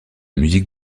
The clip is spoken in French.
musique